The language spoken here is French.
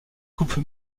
coupe